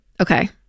Okay